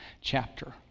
chapter